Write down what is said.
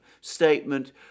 statement